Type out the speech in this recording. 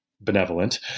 benevolent